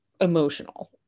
emotional